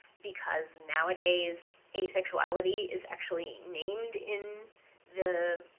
because nowadays asexuality is actually named in the,